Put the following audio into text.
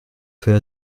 fait